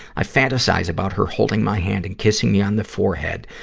i fantasize about her holding my hand and kissing me on the forehead,